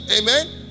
amen